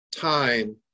time